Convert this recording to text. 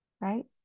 right